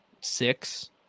six